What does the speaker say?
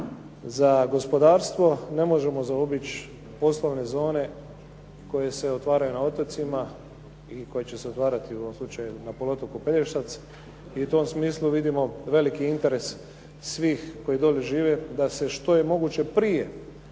za gospodarstvo, ne možemo zaobići poslovne zone koje se otvaraju na otocima i koje će se otvarati u ovom slučaju na poluotoku Pelješac i u tom smislu vidimo veliki interes svih koji dolje žive da se što je moguće prije